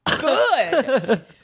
good